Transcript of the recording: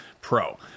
Pro